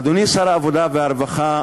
אדוני שר העבודה והרווחה,